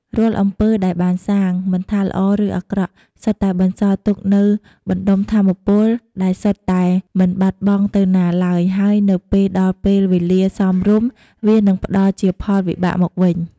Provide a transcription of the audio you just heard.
រាល់អំពើដែលបានសាង មិនថាល្អឬអាក្រក់ សុទ្ធតែបន្សល់ទុកនូវបណ្តុំថាមពល ដែលសុទ្ធតែមិនបាត់បង់ទៅណាឡើយហើយនៅពេលដល់ពេលវេលាសមរម្យ វានឹងផ្ដល់ជាផលវិបាកមកវិញ។